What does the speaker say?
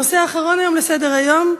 הנושא האחרון היום בסדר-היום,